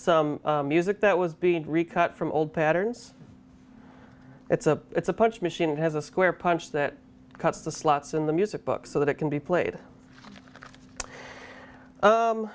some music that was being recovered from old patterns it's a it's a punch machine it has a square punch that cuts the slots in the music book so that it can be played